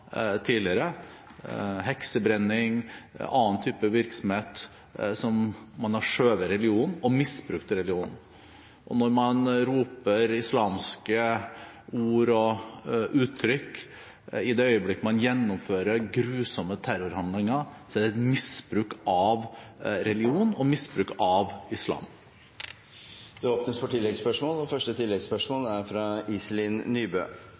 tidligere – når det gjelder heksebrenning og annen type virksomhet, har man misbrukt religionen. Når man roper islamske ord og uttrykk i det øyeblikket man gjennomfører grusomme terrorhandlinger, er det misbruk av religion, misbruk av islam. Det åpnes for